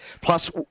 Plus